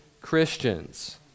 Christians